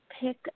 pick